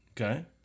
Okay